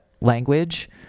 language